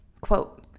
quote